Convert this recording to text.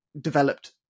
developed